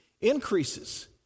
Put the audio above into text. increases